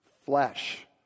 flesh